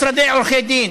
משרדי עורכי דין